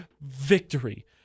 Victory